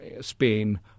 Spain